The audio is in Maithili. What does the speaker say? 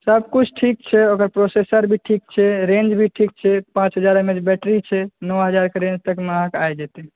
सभकिछु ठीक छै ओकर प्रोसेसर भी ठीक छै रेंज भी ठीक छै पाँच हजार एम ए एच बैटरी छै नओ हजारके रेंज तकमे अहाँके आबि जेतै